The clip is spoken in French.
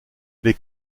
les